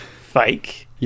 fake